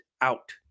out